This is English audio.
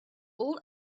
all